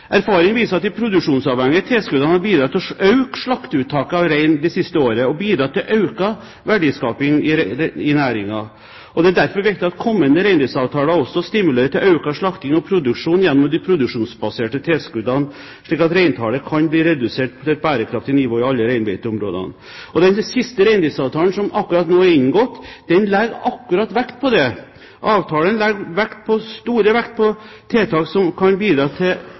Erfaring viser at de produksjonsavhengige tilskuddene har bidratt til å øke slakteuttaket av rein det siste året og bidratt til økt verdiskaping i næringen. Det er derfor viktig at kommende reindriftsavtaler også stimulerer til økt slakting og produksjon gjennom de produksjonsbaserte tilskuddene, slik at reintallet kan bli redusert til et bærekraftig nivå i alle reinbeiteområdene. Den siste reindriftsavtalen som akkurat nå har blitt inngått, legger vekt på akkurat det. Avtalen legger stor vekt på tiltak som kan bidra til